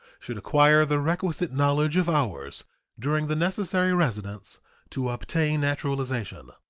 should acquire the requisite knowledge of ours during the necessary residence to obtain naturalization.